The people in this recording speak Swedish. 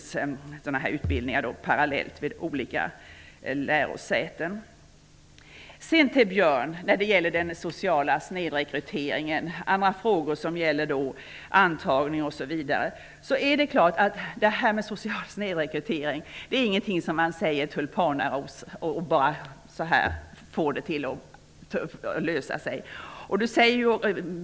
Sådana här utbildningar finns parallellt vid olika lärosäten. Björn Samuelson tog upp den sociala snedrekryteringen. Han ställde frågor om antagning osv. Det är klart att detta med social snedrekrytering inte är någonting som man bara säger tulipanaros för att få problemet att lösa sig.